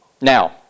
Now